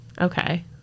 Okay